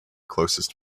closest